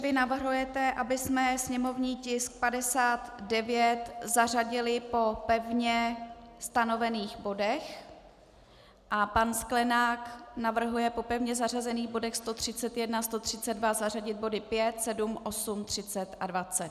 Vy navrhujete, abychom sněmovní tisk 59 zařadili po pevně stanovených bodech a pan Sklenák navrhuje po pevně zařazených bodech 131, 132 zařadit body 5, 7, 8, 30 a 20.